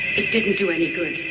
didn't do any good.